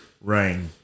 Rain